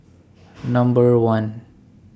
Number one